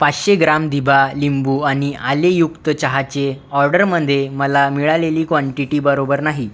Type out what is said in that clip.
पाचशे ग्राम दिभा लिंबू आणि आलेयुक्त चहाचे ऑर्डरमध्ये मला मिळालेली क्वांटिटी बरोबर नाही